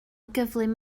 gyflym